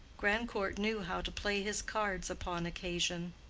grandcourt knew how to play his cards upon occasion.